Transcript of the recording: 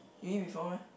you eat before meh